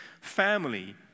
family